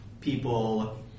people